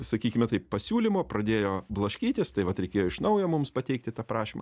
sakykime taip pasiūlymo pradėjo blaškytis tai vat reikėjo iš naujo mums pateikti tą prašymą